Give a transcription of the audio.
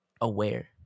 aware